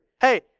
Hey